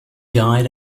died